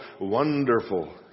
Wonderful